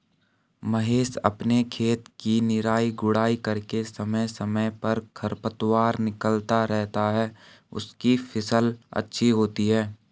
महेश अपने खेत की निराई गुड़ाई करके समय समय पर खरपतवार निकलता रहता है उसकी फसल अच्छी होती है